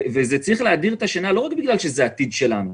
זה צריך להדיר שינה לא רק בגלל שזה העתיד שלנו,